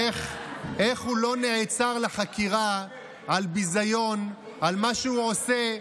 אני לא מבין איך הוא לא נעצר לחקירה על ביזיון על מה שהוא עושה,